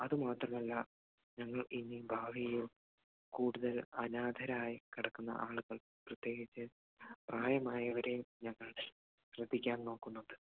അത് മാത്രമല്ല ഞങ്ങൾക്ക് ഇനി ഭാവിയിൽ കൂടുതൽ അനാഥരായി കിടക്കുന്ന ആളുകൾ പ്രത്യേകിച്ച് പ്രായമായവരെ ഞങ്ങൾ ശ്രദ്ധിക്കാൻ നോക്കുന്നുണ്ട്